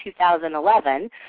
2011